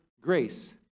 grace